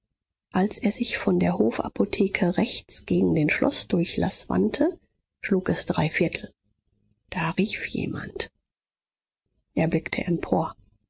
als er sich von der hofapotheke rechts gegen den schloßdurchlaß wandte schlug es dreiviertel da rief jemand er blickte empor